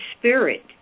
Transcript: spirit